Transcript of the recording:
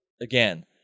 again